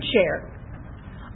chair